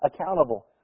accountable